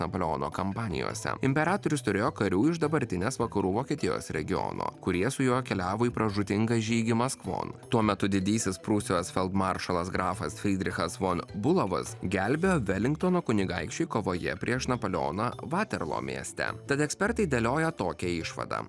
napoleono kampanijose imperatorius turėjo karių iš dabartinės vakarų vokietijos regiono kurie su juo keliavo į pražūtingą žygį maskvon tuo metu didysis prūsijos feldmaršalas grafas frydrichas von bulavas gelbėjo velingtono kunigaikščiui kovoje prieš napoleoną vaterlo mieste tad ekspertai dėlioja tokią išvadą